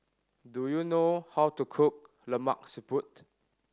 do you know how to cook Lemak Siput